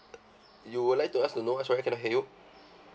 you would like to ask to know what sorry cannot hear you